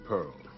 Pearl